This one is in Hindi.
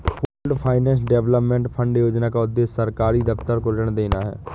पूल्ड फाइनेंस डेवलपमेंट फंड योजना का उद्देश्य सरकारी दफ्तर को ऋण देना है